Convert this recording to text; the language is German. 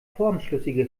formschlüssige